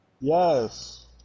yes